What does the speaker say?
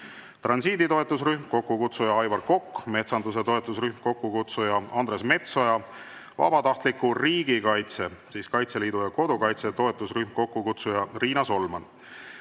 transiidi toetusrühm, kokkukutsuja Aivar Kokk; metsanduse toetusrühm, kokkukutsuja Andres Metsoja; vabatahtliku riigikaitse, Kaitseliidu ja Kodukaitse toetusrühm, kokkukutsuja Riina Solman;